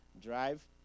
drive